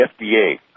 FDA